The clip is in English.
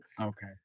okay